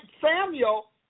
Samuel